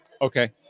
okay